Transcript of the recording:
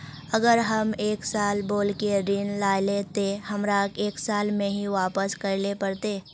अगर हम एक साल बोल के ऋण लालिये ते हमरा एक साल में ही वापस करले पड़ते?